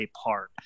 apart